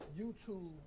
YouTube